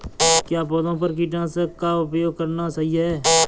क्या पौधों पर कीटनाशक का उपयोग करना सही है?